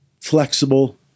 flexible